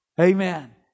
Amen